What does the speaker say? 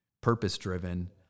purpose-driven